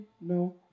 No